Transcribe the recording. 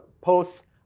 posts